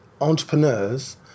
entrepreneurs